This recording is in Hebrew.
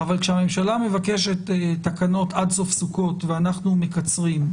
אבל כשהממשלה מבקשת תקנות עד סוף סוכות ואנחנו מקצרים,